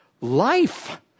Life